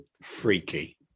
Freaky